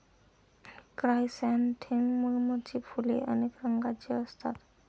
क्रायसॅन्थेममची फुले अनेक रंगांची असतात